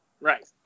Right